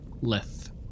Leth